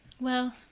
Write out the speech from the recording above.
Well